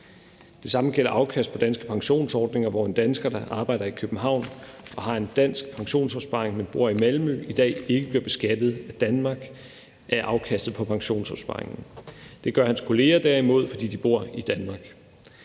Det samme gælder afkast på danske pensionsordninger, hvor en dansker, der arbejder i København og har en dansk pensionsopsparing, men bor i Malmø, i dag ikke bliver beskattet af Danmark af afkastet på pensionsopsparingen. Det gør hans kolleger derimod, fordi de bor i Danmark.